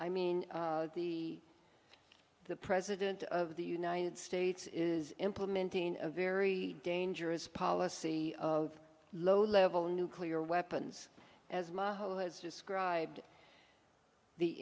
i mean the the president of the united states is implementing a very dangerous policy of low level nuclear weapons as my home has described the